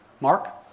Mark